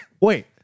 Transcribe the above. Wait